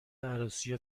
عروسی